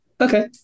Okay